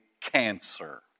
cancer